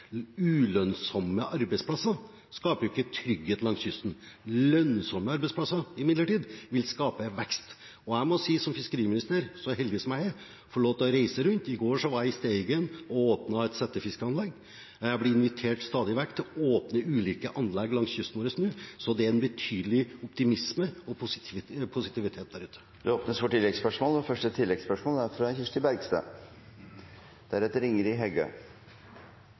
Ulønnsomme arbeidsplasser skaper ikke trygghet langs kysten. Lønnsomme arbeidsplasser, imidlertid, vil skape vekst. Jeg må si at jeg som fiskeriminister så heldig som jeg er, får lov til å reise rundt. I går var jeg i Steigen og åpnet et settefiskanlegg. Jeg blir stadig vekk invitert til å åpne ulike anlegg langs kysten vår nå. Så det er en betydelig optimisme og positivitet der ute. Det